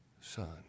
Son